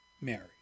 Mary